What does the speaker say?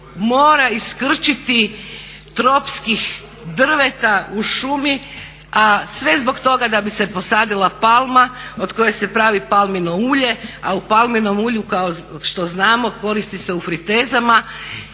mora iskrčiti tropskih drveta u šumi a sve zbog toga da bi se posadila palma od koje se pravi palmino ulje a u palminom ulju kao što znamo koristi se u fritezama